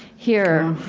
here,